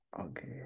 Okay